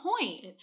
point